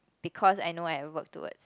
because I know I work towards